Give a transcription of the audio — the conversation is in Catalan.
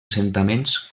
assentaments